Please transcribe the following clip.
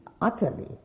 utterly